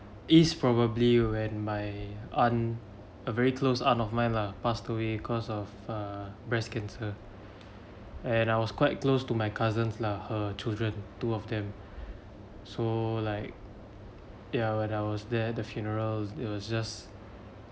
is probably when my aunt a very close aunt of mine lah passed away cause of uh breast cancer and I was quite close to my cousins lah her children two of them so like ya when I was there the funeral it was just